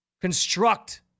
construct